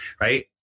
right